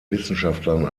wissenschaftlern